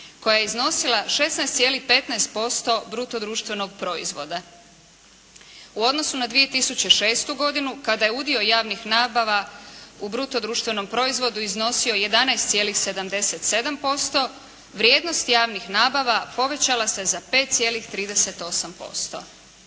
koja je iznosila 16,15% bruto društvenog proizvoda u odnosu na 2006. godinu kada je udio javnih nabava u bruto društvenom proizvodu iznosio 11,77% vrijednost javnih nabava povećala se za 5,38%.